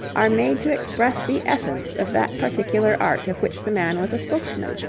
are made to express the essence of that particular art of which the man was a spokesman.